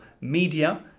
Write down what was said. media